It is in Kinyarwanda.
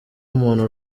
umuntu